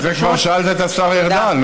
" את זה כבר שאלת את השר ארדן,